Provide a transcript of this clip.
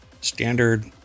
standard